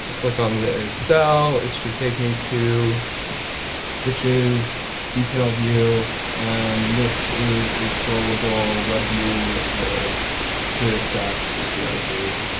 click on the the cell it should take me to rich's detailed view and this is a scrollable webview with their career stats with the icers.